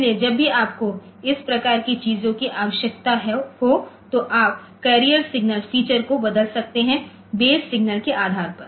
इसलिए जब भी आपको इस प्रकार की चीजों की आवश्यकता हो तो आप कर्रिएर सिग्नल फीचर को बदल सकते हैं बेस सिग्नल के आधार पर